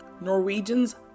Norwegians